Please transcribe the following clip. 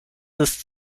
ist